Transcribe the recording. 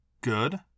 good